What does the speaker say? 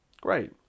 Great